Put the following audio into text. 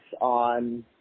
on